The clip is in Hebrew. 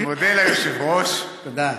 אני מודה ליושב-ראש, תודה.